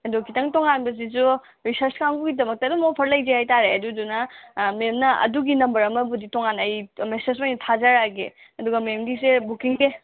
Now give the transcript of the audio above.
ꯑꯗꯣ ꯈꯤꯇꯪ ꯇꯣꯡꯉꯥꯟꯕꯁꯤꯁꯨ ꯔꯤꯁꯔꯁ ꯀꯥꯡꯕꯨꯒꯤꯗꯃꯛꯇ ꯑꯗꯨꯝ ꯑꯣꯐꯔ ꯂꯩꯖꯩ ꯍꯥꯏꯇꯥꯔꯦ ꯑꯗꯨꯗꯨꯅ ꯃꯦꯝꯅ ꯑꯗꯨꯒꯤ ꯅꯝꯕꯔ ꯑꯃꯕꯨꯗꯤ ꯇꯣꯡꯉꯥꯟꯅ ꯑꯩ ꯃꯦꯁꯦꯖ ꯑꯣꯏꯅ ꯊꯥꯖꯔꯛꯑꯒꯦ ꯑꯗꯨꯒ ꯃꯦꯝꯒꯤꯁꯦ ꯕꯨꯛꯀꯤꯡꯁꯦ